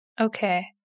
Okay